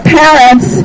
parents